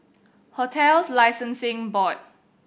Hotels Licensing Board